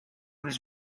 was